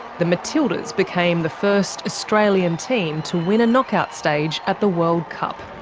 the matildas became the first australian team to win a knockout stage at the world cup.